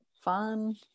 Fun